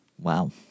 Wow